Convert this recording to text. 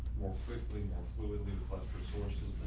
more quickly, more fluidly but resources.